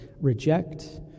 reject